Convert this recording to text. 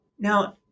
Now